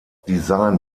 design